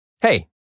Hey